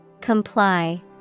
Comply